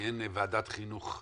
כי אין ועדת חינוך,